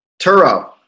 Turo